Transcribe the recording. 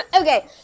Okay